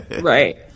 Right